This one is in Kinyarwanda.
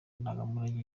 ndangamurage